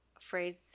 phrase